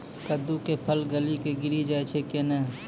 कददु के फल गली कऽ गिरी जाय छै कैने?